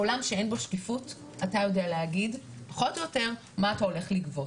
בעולם שאין בו שקיפות אתה יודע להגיד פחות או יותר מה אתה הולך לגבות.